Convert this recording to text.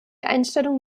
einstellung